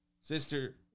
sister